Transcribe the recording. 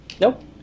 Nope